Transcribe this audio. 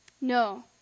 No